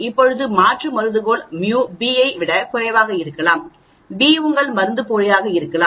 இப்போது மாற்று கருதுகோள் mu b ஐ விட குறைவாக இருக்கலாம் b உங்கள் மருந்துப்போலியாக இருக்கலாம்